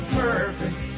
perfect